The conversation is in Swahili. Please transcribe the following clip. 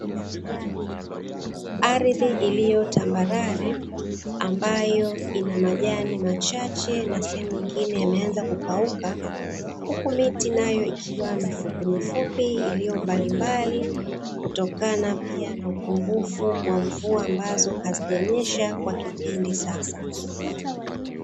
Ardhi iliyo tambalale, ambayo ina majani machache na sehemu nyingine yameanza kukauka, huku miti nayo ikiwa mifuimifupi iliyo mbalimbali kutokana pia na upungufu wa mvua ambazo hazijanyesha kwa kipindi sasa.